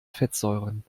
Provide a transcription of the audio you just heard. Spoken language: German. fettsäuren